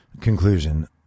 conclusion